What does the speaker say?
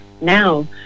now